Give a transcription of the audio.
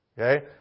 Okay